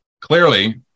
clearly